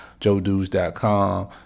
joedudes.com